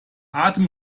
atem